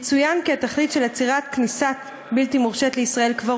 יצוין כי התכלית של עצירת כניסה בלתי מורשית לישראל כבר